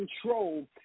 control